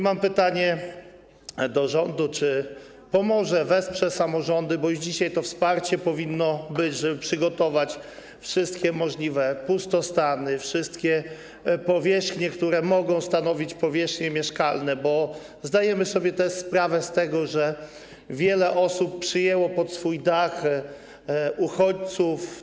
Mam pytanie do rządu, czy wesprze samorządy, pomoże im, bo już dzisiaj wsparcie powinno być, żeby przygotować wszystkie możliwe pustostany, powierzchnie, które mogą stanowić powierzchnie mieszkalne, bo zdajemy sobie sprawę z tego, że wiele osób przyjęło pod swój dach uchodźców.